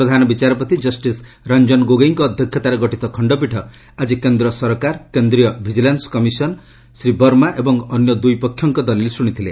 ପ୍ରଧାନ ବିଚାରପତି ଜଷ୍ଟିସ୍ ରଞ୍ଜନ ଗୋଗୋଇଙ୍କ ଅଧ୍ୟକ୍ଷତାରେ ଗଠିତ ଖଣ୍ଡପୀଠ ଆକି କେନ୍ଦ୍ର ସରକାର କେନ୍ଦ୍ରୀୟ ଭିଜିଲାନ୍ନ କମିଶନ୍ ବର୍ମା ଏବଂ ଅନ୍ୟ ଦୁଇପକ୍ଷଙ୍କ ଦଲିଲ୍ ଶୁଣିଥିଲେ